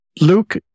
luke